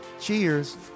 Cheers